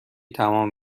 تمام